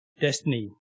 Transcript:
destiny